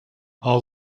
all